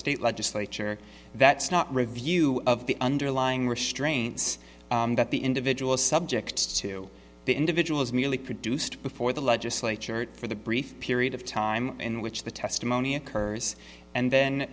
state legislature that's not review of the underlying restraints that the individual is subject to the individual is merely produced before the legislature for the brief period of time in which the testimony occurs and then